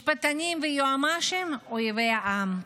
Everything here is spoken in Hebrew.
משפטנים ויועמ"שים, אויבי העם,